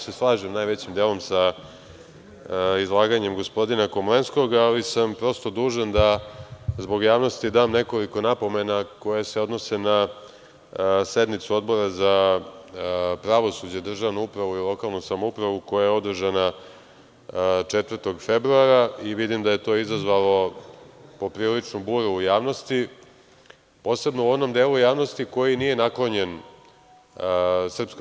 Slažem se najvećim delom sa izlaganjem gospodina Komlenskog, ali sam dužan da zbog javnosti dam nekoliko napomena koje se odnose na sednicu Odbora za pravosuđe, državnu upravu i lokalnu samoupravu, koja je održana 4. februara i vidim da je to izazvalo popriličnu buru u javnosti, posebno u onom delu javnosti koji nije naklonjen SNS.